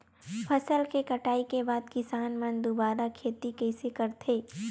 फसल के कटाई के बाद किसान मन दुबारा खेती कइसे करथे?